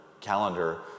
calendar